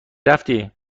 رفتی